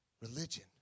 Religion